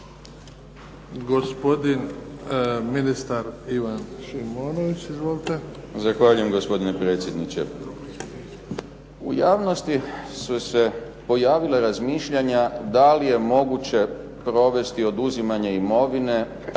Gospodin ministar Ivan Šimonović. Izvolite. **Šimonović, Ivan** Zahvaljujem gospodine predsjedniče. U javnosti su se pojavila razmišljanja da li je moguće provesti oduzimanje imovine